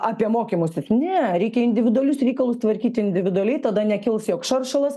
apie mokymusis ne reikia individualius reikalus tvarkyti individualiai tada nekils joks šaršalas